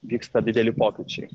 vyksta dideli pokyčiai